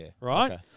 right